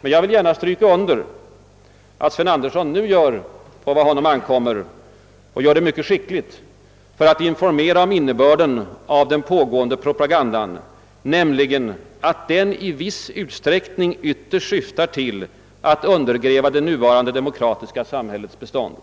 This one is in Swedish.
men jag vill gärna stryka under att Sven Andersson nu gör vad på honom ankommer, och gör det mycket skickligt, för att informera om innebörden av den pågående propagandan, nämligen att den i viss utsträckning ytterst syftar till att undergräva det nuvarande demokratiska samhällets bestånd.